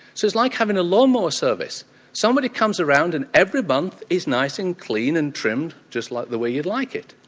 so it's like having a lawn mower service somebody comes around and every month it's nice and clean and trimmed just like the way you'd like it.